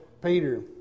Peter